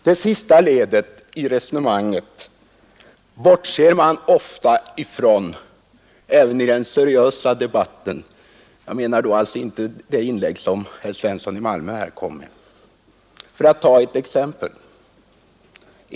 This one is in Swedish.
Det sista ledet i resonemanget bortser man ofta från även i den seriösa debatten — jag menar då alltså inte det inlägg som herr Svensson i Malmö svarade för. Jag skall ta ett exempel.